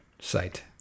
site